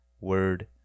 word